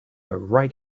right